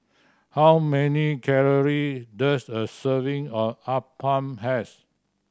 how many calorie does a serving of appam has